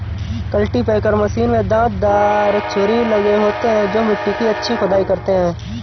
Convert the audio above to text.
cultipacker machine में दांत दार छुरी लगे होते हैं जो मिट्टी की अच्छी खुदाई करते हैं